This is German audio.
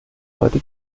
heute